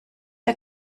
der